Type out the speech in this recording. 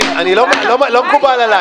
לא מקובל עליי,